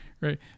right